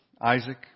Isaac